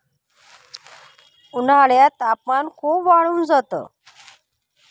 उन्हाळ्यात तापमान खूप वाढून जात